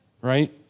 right